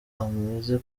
amaze